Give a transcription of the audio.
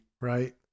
right